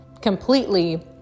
completely